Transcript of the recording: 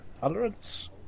tolerance